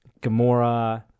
Gamora